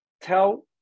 tell